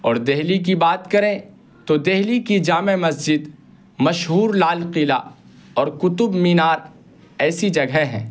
اور دہلی کی بات کریں تو دہلی کی جامع مسجد مشہور لال قلعہ اور قطب مینار ایسی جگہ ہیں